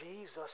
Jesus